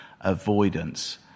avoidance